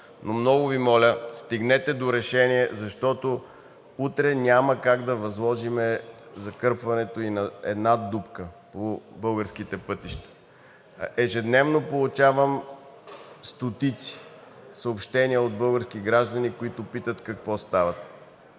но много Ви моля, стигнете до решение, защото утре няма как да възложим закърпването и на една дупка по българските пътища. Ежедневно получавам стотици съобщения от български граждани, които питат какво става.